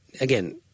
again